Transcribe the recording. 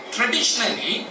Traditionally